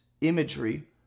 imagery